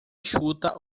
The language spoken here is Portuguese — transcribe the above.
chuta